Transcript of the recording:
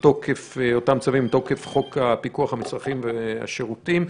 מתוקף חוק הפיקוח על מצרכים ושירותים.